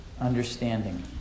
understanding